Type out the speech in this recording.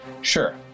Sure